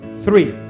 three